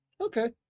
Okay